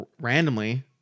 randomly